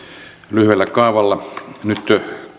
lyhyellä kaavalla nyt